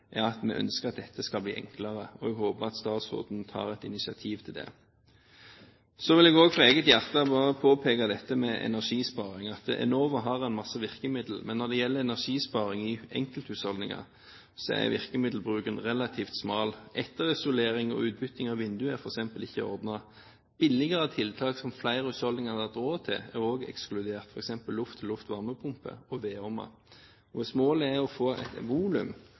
at vi ønsker at dette skal bli enklere, og jeg vil håpe at statsråden tar et initiativ til det. Så vil jeg også fra eget hjerte bare påpeke dette med energisparing, at Enova har en masse virkemidler. Men når det gjelder energisparing i enkelthusholdninger, er virkemiddelbruken relativt smal. Etterisolering og utbytting av vinduer er f.eks. ikke ordnet. Billigere tiltak som flere husholdninger hadde hatt råd til, er også ekskludert, f.eks. luft-til-luft varmepumper og vedovner. Hvis målet er å få et volum,